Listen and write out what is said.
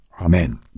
Amen